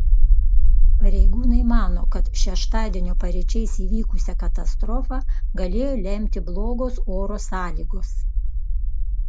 pareigūnai mano kad šeštadienio paryčiais įvykusią katastrofą galėjo lemti blogos oro sąlygos